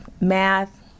math